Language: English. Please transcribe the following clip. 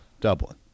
Dublin